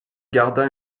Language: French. garda